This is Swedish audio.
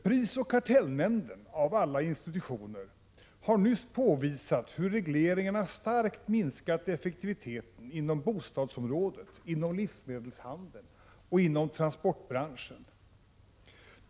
Prisoch kartellnämnden — av alla institutioner — har nyss påvisat hur regleringarna starkt minskat effektiviteten inom bostadsområdet, inom livsmedelshandeln och inom transportbranschen.